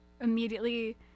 immediately